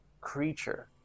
creature